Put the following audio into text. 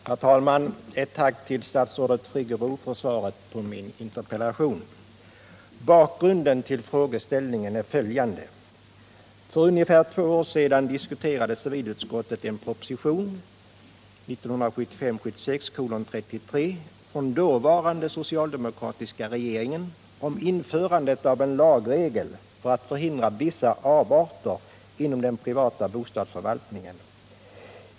Herr talman! Ett tack till statsrådet Friggebo för svaret på min interpellation. Bakgrunden till frågeställningen är följande. För ungefär två år sedan diskuterade civilutskottet en proposition, 1975/76:33, från dåvarande socialdemokratiska regeringen om införandet av en lagregel för att förhindra vissa avarter inom den privata bostadsförvaltningen.